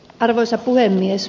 arvoisa puhemies